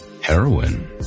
Heroin